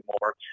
more